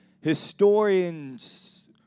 Historians